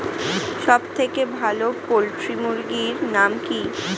সবথেকে ভালো পোল্ট্রি মুরগির নাম কি?